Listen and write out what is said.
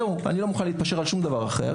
זהו, אני לא מוכן להתפשר על שום דבר אחר.